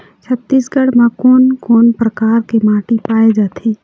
छत्तीसगढ़ म कोन कौन प्रकार के माटी पाए जाथे?